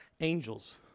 angels